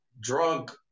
drug